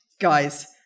guys